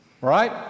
right